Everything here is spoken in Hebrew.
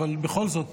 אבל בכל זאת,